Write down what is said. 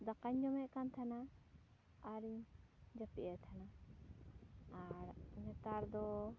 ᱫᱟᱠᱟᱧ ᱡᱚᱢᱮᱫ ᱠᱟᱱ ᱛᱟᱦᱮᱱᱟ ᱟᱨᱤᱧ ᱡᱟᱹᱯᱤᱫ ᱮ ᱛᱟᱦᱮᱱᱟ ᱟᱨ ᱱᱮᱛᱟᱨ ᱫᱚ